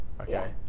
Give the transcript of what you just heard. Okay